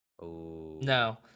No